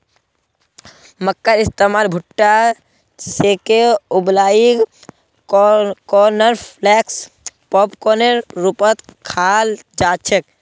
मक्कार इस्तमाल भुट्टा सेंके उबलई कॉर्नफलेक्स पॉपकार्नेर रूपत खाल जा छेक